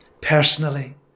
personally